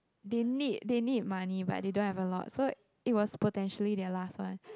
they need they need money but they don't have a lot so it was potentially their last one